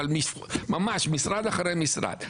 אבל ממש משרד אחרי משרד,